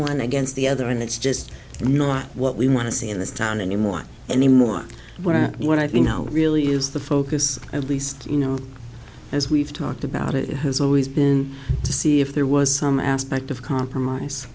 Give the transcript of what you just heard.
one against the other and it's just not what we want to see in this town anymore anymore where what i think really is the focus at least you know as we've talked about it has always been to see if there was some aspect of compromise